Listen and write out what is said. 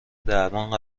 درمان